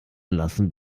lassen